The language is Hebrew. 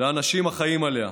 לאנשים החיים עליה.